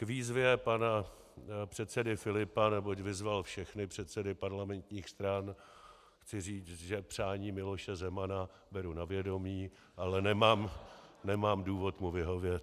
K výzvě pana předsedy Filipa, neboť vyzval všechny předsedy parlamentních stran, chci říct, že přání Miloše Zemana beru na vědomí, ale nemám důvod mu vyhovět.